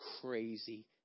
crazy